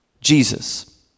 Jesus